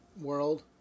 world